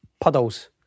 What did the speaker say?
puddles